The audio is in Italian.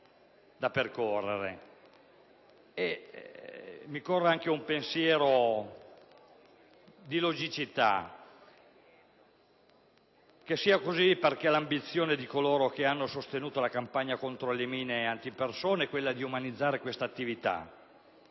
da percorrere. Mi corre un pensiero di logicità. Forse è così perché l'ambizione di coloro che hanno sostenuto la campagna contro le mine antipersona è quella di umanizzare tale attività